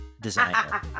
designer